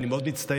אני מאוד מצטער.